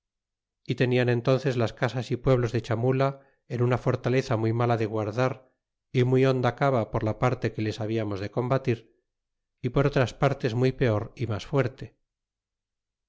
y ta pian entnces las casas y pueblos de charoula en una fortaleza muy mala de ganar y muy honda cava por la parte que les habiamos de combatir y por otras partes muy peor y mas fuerte